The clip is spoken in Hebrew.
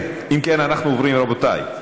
אנחנו עוברים, רבותיי,